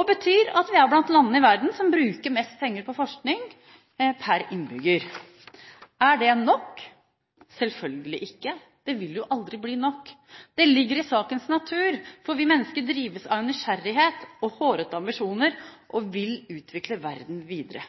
det betyr at vi er blant landene i verden som bruker mest penger på forskning per innbygger. Er det nok? Selvfølgelig ikke, det vil aldri bli nok. Det ligger i sakens natur, for vi mennesker drives av en nysgjerrighet og hårete ambisjoner og vil utvikle verden videre.